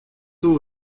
tôt